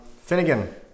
Finnegan